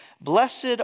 blessed